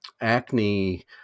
acne